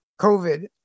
covid